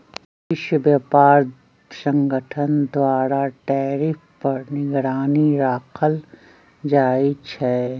विश्व व्यापार संगठन द्वारा टैरिफ पर निगरानी राखल जाइ छै